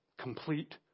Complete